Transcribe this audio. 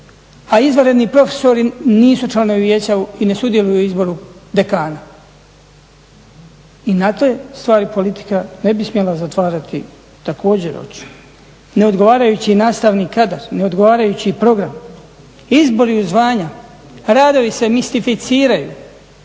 a izvanredni profesori nisu članovi vijeća i ne sudjeluju u izboru dekana. I na te stvari politika ne bi smjela zatvarati također oči. Ne odgovarajući nastavni kadar, ne odgovarajući program, izbori u zvanja, radovi se mistificiraju.